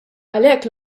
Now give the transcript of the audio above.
għalhekk